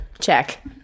Check